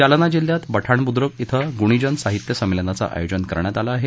जालना जिल्ह्यात बठाण बुद्रक क्रि गुणीजन साहित्य संमलेनाचं आयोजन करण्यात आलं आहे